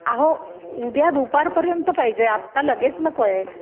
अहो उद्या दुपारपर्यंत पाहिजे आत्ता लगेच नको आहे